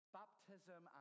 baptism